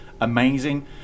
amazing